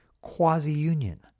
quasi-union